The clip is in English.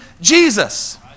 Jesus